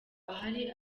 ahari